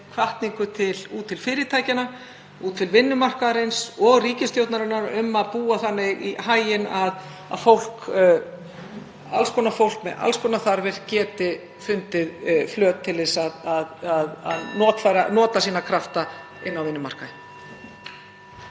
hvatningu út til fyrirtækjanna, út til vinnumarkaðarins og ríkisstjórnarinnar að búa þannig í haginn að alls konar fólk með alls konar þarfir geti fundið flöt til að nota sína krafta á vinnumarkaðnum.